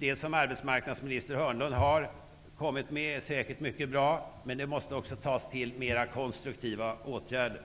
Det som arbetsmarknadsminister Hörnlund har kommit med är säkert bra, med det måste också vidtas mer konstruktiva åtgärder.